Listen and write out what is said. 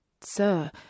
Sir